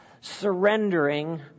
surrendering